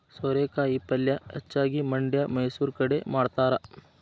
ಸೋರೆಕಾಯಿ ಪಲ್ಯೆ ಹೆಚ್ಚಾಗಿ ಮಂಡ್ಯಾ ಮೈಸೂರು ಕಡೆ ಮಾಡತಾರ